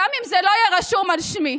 גם אם זה לא יהי הרשום על שמי.